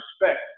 respect